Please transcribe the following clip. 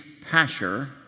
Pasher